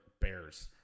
Bears